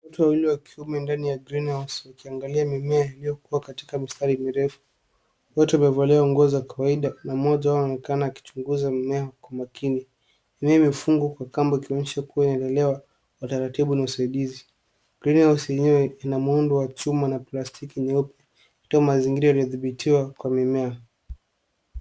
Watu wawili wa kiume ndani ya greenhouse wakiangalia mimea iliyokuwa katika mistari mirefu. Wote wamevalia nguo za kawaida na mmoja wao anaononekana akiwa anachunguza mimea kwa makini. Mimea imefungwa kwa kamba ikionyesha kuwa inalelewa kwa utaratibu na usaidizi, Greenhouse yenyewe ina muundo wa chuma na plastiki nyeupe ikitoa mazingira imedhibitiwa kwa mimea.